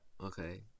okay